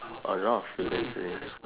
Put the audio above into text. a lot of students sleeping